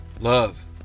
Love